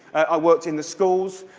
i worked in the schools.